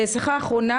טלי קקון,